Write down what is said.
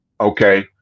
Okay